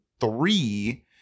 three –